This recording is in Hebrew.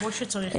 כמו שצריך.